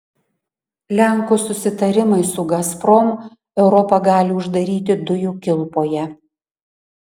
lenkų susitarimai su gazprom europą gali uždaryti dujų kilpoje